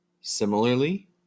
Similarly